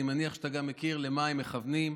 אני מניח שאתה גם מכיר למה הם מכוונים,